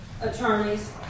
attorneys